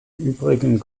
übrigen